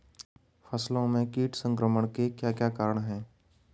फसलों में कीट संक्रमण के क्या क्या कारण है?